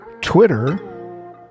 Twitter